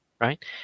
right